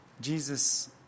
Jesus